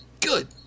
Good